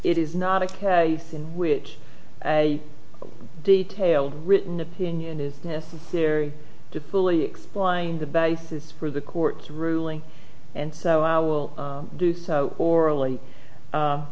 it is not a case in which a detailed written opinion is necessary to fully explain the basis for the court's ruling and so i will do so or